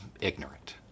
ignorant